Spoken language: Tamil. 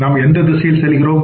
நாம் எந்த திசையில் செல்கிறோம்